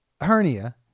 hernia